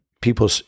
people